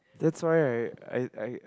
that's right right I I